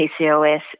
PCOS